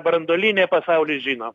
branduolinė pasaulis žino